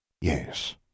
Yes